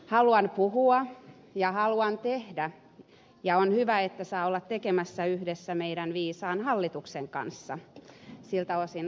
haluan puhua ja haluan tehdä ja on hyvä että saa olla tekemässä yhdessä meidän viisaan hallituksen kanssa siltä osin ed